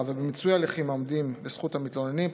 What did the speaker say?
ובמיצוי ההליכים העומדים לזכות המתלוננים,